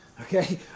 Okay